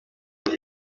gihe